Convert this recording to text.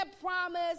promise